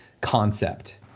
concept